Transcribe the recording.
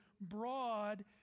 broad